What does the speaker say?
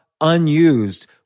unused